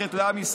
שייכת לעם ישראל,